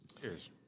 Cheers